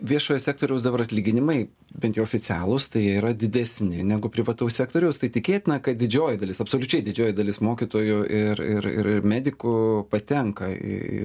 viešojo sektoriaus dabar atlyginimai bent jau oficialūs tai yra didesni negu privataus sektoriaus tai tikėtina kad didžioji dalis absoliučiai didžioji dalis mokytojų ir ir ir medikų patenka į